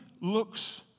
looks